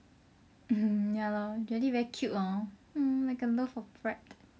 mm ya lor jelly very cute hor hmm like a loaf of bread